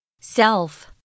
self